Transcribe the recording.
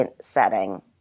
setting